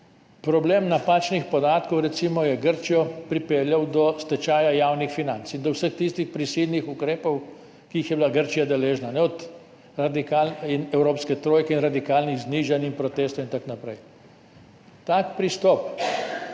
Problem napačnih podatkov, recimo, je Grčijo pripeljal do stečaja javnih financ in do vseh tistih prisilnih ukrepov, ki jih je bila Grčija deležna, od evropske trojke in radikalnih znižanj do protestov in tako naprej. Tak pristop,